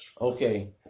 okay